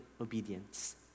obedience